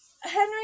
henry